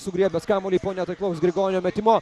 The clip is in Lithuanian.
sugriebęs kamuolį po netaiklaus grigonio metimo